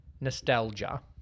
nostalgia